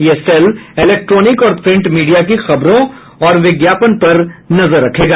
यह cell electronic और print media की खबरों और विज्ञापन पर नजर रखेगा